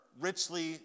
richly